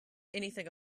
anything